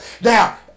Now